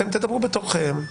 אתם תדברו בתורכם,